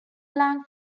lange